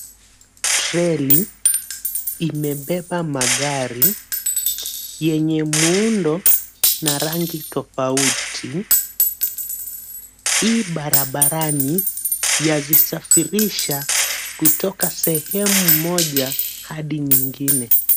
Treli imebeba magari yenye muundo na rangi tofauti .ii barabarani yazisafirisha kutoka sehemu Moja ,hadi nyingine